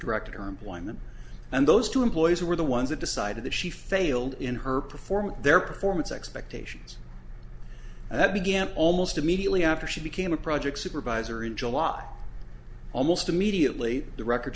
directed her employment and those two employees were the ones that decided that she failed in her perform their performance expectations and that began almost immediately after she became a project supervisor in july almost immediately the record